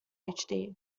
phd